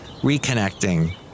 Reconnecting